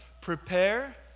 Prepare